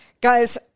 Guys